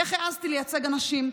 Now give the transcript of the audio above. איך העזתי לייצג אנשים,